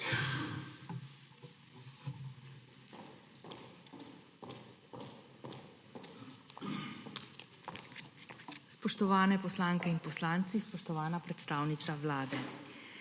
Spoštovani poslanke in poslanci, spoštovana predstavnica Vlade!